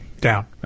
Down